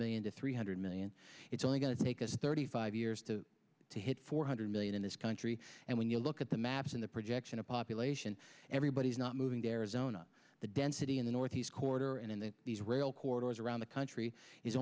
million to three hundred million it's only going to take us thirty five years to to hit four hundred million in this country and when you look at the maps and the projection of population everybody is not moving to arizona the density in the northeast corridor and these rail corridors around the country is